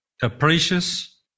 capricious